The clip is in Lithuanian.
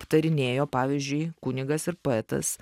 aptarinėjo pavyzdžiui kunigas ir poetas